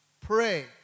pray